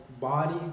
body